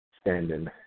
standing